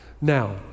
Now